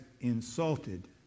insulted